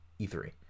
E3